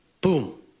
boom